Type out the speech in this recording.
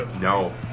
No